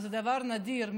שזה דבר נדיר,